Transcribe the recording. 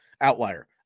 Outlier